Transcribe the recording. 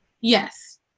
yes